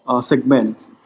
segment